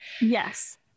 yes